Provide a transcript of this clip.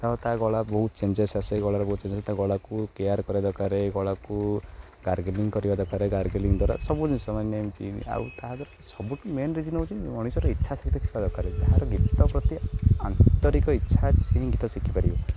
ତ ତା' ଗଳା ବହୁତ ଚେଞ୍ଜସ୍ସ ଆସିଲା ଗଳାର ବହୁତ ଚେଞ୍ଜ ତା' ଗଳାକୁ କେୟାର କରିବା ଦରକାର ଗଳାକୁ ଗାର୍ଗେଲିଂ କରିବା ଦରକାରେ ଗାର୍ଗେଲିଂ ଦ୍ୱାରା ସବୁ ଜିନିଷମାନେ ଏମିତି ଆଉ ତାହା ଦ୍ୱାରା ସବୁ ମେନ୍ ରିଜନ୍ ହେଉଛି ମଣିଷର ଇଚ୍ଛା ଶକ୍ତି ଥିବା ଦରକାର ଯାହାର ଗୀତ ପ୍ରତି ଆନ୍ତରିକ ଇଚ୍ଛା ଅଛି ସେ ହିଁ ଗୀତ ଶିଖିପାରିବ